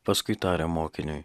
paskui tarė mokiniui